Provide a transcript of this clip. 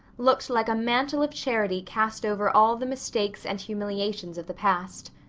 looked like a mantle of charity cast over all the mistakes and humiliations of the past.